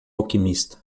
alquimista